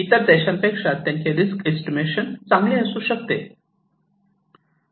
इतर देशांपेक्षा त्यांचे रिस्क एस्टीमेशन चांगले असू शकते